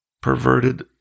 perverted